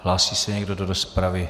Hlásí se někdo do rozpravy?